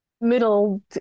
middle